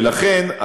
ולכן,